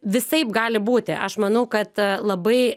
visaip gali būti aš manau kad a labai